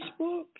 Facebook